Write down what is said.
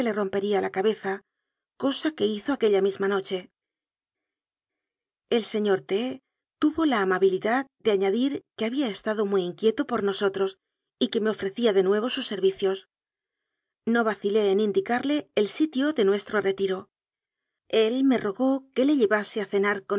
ría la cabeza cosa que hizo aquella misma noche el señor t tuvo la amabilidad de añadir que había estado muy inquieto por nosotros y que me ofrecía de nuevo sus servicios no vacilé en indi carle el sitio de nuestro retiro el me rogó que le llevase a cenar